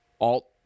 alt